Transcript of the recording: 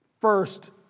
first